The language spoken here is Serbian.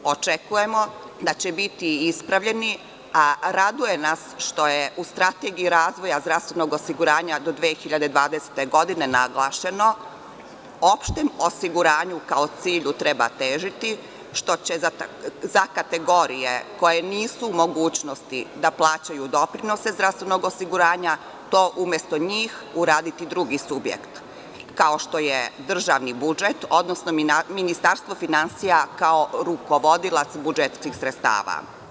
Očekujemo da će biti ispravljeni, a raduje nas što je u Strategiji razvoja zdravstvenog osiguranja do 2020. godine naglašeno – opštem osiguranju ka cilju treba težiti, što će za kategorije koje nisu u mogućnosti da plaćaju doprinose zdravstvenog osiguranja, to umesto njih uraditi drugi subjekt, kao što je državni budžet, odnosno Ministarstvo finansija kao rukovodilac budžetskih sredstava.